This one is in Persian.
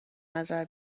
نظر